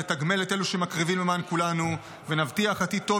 נתגמל את אלו שמקריבים למען כולנו ונבטיח עתיד טוב